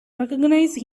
recognize